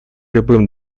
любым